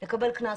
נקבע קנס,